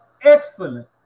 excellent